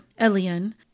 Elian